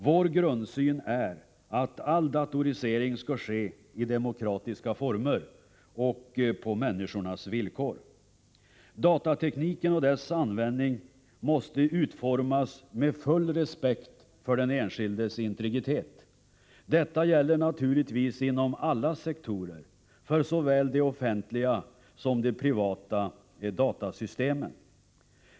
Vår grundsyn är att all datorisering skall ske i demokratiska former och på människornas villkor. Datatekniken och dess användning måste utformas med full respekt för den enskildes integritet. Detta gäller naturligtvis inom alla sektorer, för såväl de offentliga som de privata datasystemen.